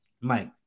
Mike